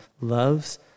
loves